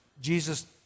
Jesus